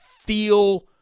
feel